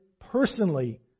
personally